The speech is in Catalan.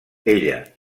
ella